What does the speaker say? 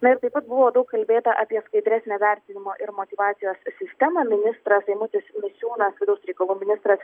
na ir taip pat buvo daug kalbėta apie skaidresnę vertinimo ir motyvacijos sistemą ministras eimutis misiūnas vidaus reikalų ministras